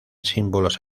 símbolos